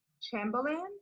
Chamberlain